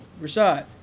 Rashad